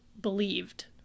believed